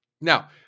Now